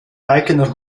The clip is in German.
eigener